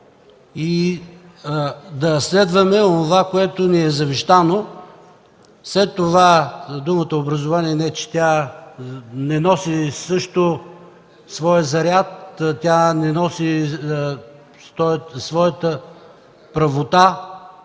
и да следваме онова, което ни е завещано, след това за другото образование – не, че не носи също своя заряд, не носи своята правота